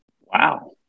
Wow